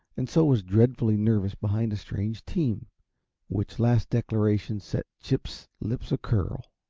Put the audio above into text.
and so was dreadfully nervous behind a strange team which last declaration set chip's lips a-curl.